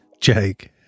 Jake